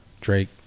Drake